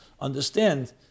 understand